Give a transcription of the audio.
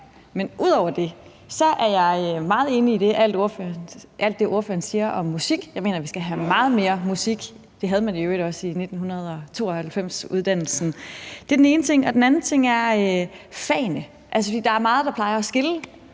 Men ud over det er jeg meget enig i alt det, ordføreren siger om musik. Jeg mener, der skal meget mere musik ind i uddannelsen – det havde man i øvrigt også i 1992-uddannelsen. Det er den ene ting. Den anden ting handler om fagene. Der er meget, der plejer at skille